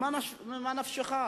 ממה נפשך,